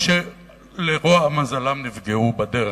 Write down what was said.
או שלרוע מזלם הם נפגעו בדרך.